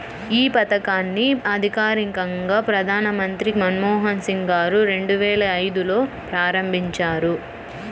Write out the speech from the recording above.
యీ పథకాన్ని అధికారికంగా ప్రధానమంత్రి మన్మోహన్ సింగ్ గారు రెండువేల ఐదులో ప్రారంభించారు